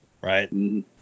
right